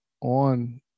on